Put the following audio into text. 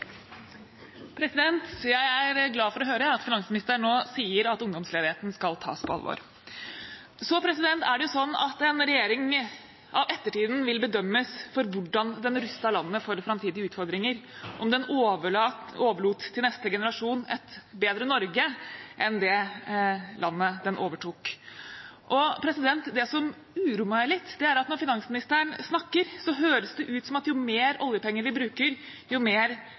Jeg er glad for å høre at finansministeren nå sier at ungdomsledigheten skal tas på alvor. Så er det sånn at en regjering vil av ettertiden bedømmes for hvordan den rustet landet for framtidige utfordringer, om den overlot til neste generasjon et bedre Norge enn det landet den overtok. Det som uroer meg litt, er at når finansministeren snakker, høres det ut som at jo mer oljepenger vi bruker, jo mer